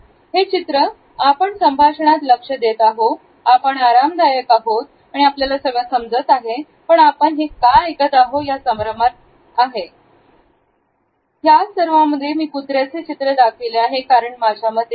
हलकेच झुकलेले डोक्याची स्थिती ऐकल्याशिवाय आपल्याकडे दुसरा मार्ग नाही आपण संभाषणात आनंद घेत आहोत हे दर्शविते